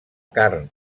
carn